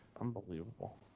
Unbelievable